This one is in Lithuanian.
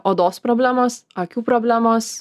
odos problemos akių problemos